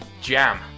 jam